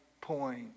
point